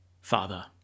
Father